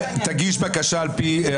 תגיש בקשה על בסיס חופש המידע,